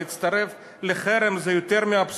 לכן היום הקריאה הזאת להצטרף לחרם זה יותר מאבסורד,